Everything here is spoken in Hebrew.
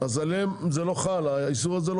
אז עליהם זה לא חל האיסור הזה,